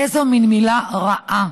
איזו מין מילה רעה,